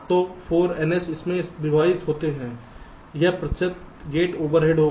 तो 4 ns इससे विभाजित होते हैं यह प्रतिशत गेट ओवरहेड होगा